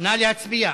נא להצביע.